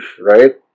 Right